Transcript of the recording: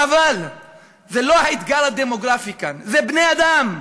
אבל זה לא האתגר הדמוגרפי כאן, זה בני-אדם.